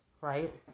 right